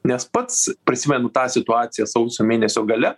nes pats prisimenu tą situaciją sausio mėnesio gale